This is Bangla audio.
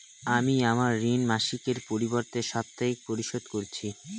আমি আমার ঋণ মাসিকের পরিবর্তে সাপ্তাহিক পরিশোধ করছি